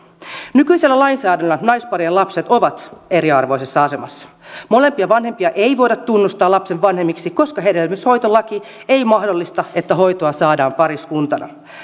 nykyisellä lainsäädännöllä naisparien lapset ovat eriarvoisessa asemassa molempia vanhempia ei voida tunnustaa lapsen vanhemmiksi koska hedelmöityshoitolaki ei mahdollista että hoitoa saadaan pariskuntana